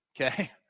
Okay